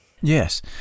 Yes